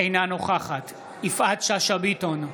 אינה נוכחת יפעת שאשא ביטון,